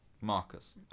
Marcus